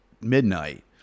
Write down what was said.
midnight